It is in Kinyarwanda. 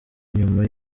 nyuma